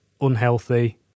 unhealthy